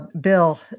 Bill